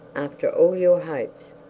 after all your hopes,